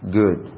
good